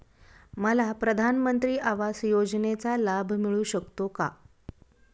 मला प्रधानमंत्री आवास योजनेचा लाभ मिळू शकतो का?